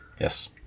yes